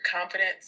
confidence